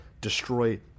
destroy